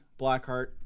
Blackheart